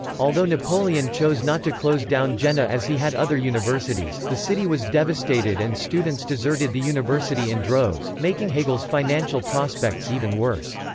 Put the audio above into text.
although napoleon chose not to close down jena as he had other universities, the city was devastated and students deserted the university in droves, making hegel's financial prospects even worse.